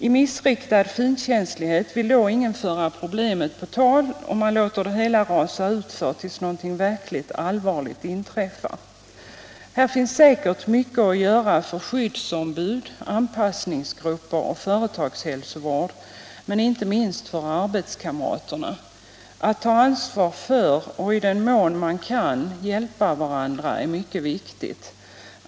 I missriktad finkänslighet vill då ingen föra problemen på tal, och man låter det hela rasa utför tills någonting verkligt allvarligt inträffar. Här finns det helt säkert mycket att göra för skyddsombud, anpassningsgrupper, företagshälsovård och inte minst för arbetskamraterna. Att ta ansvar för och i den mån man kan hjälpa varandra är mycket viktigt.